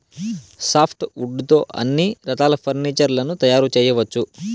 soft wood తో అన్ని రకాల ఫర్నీచర్ లను తయారు చేయవచ్చు